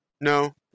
No